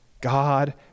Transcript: God